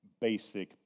basic